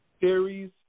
series